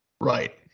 Right